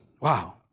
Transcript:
Wow